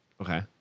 Okay